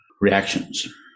reactions